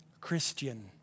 Christian